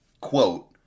quote